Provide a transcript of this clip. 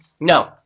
No